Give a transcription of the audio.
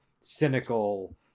cynical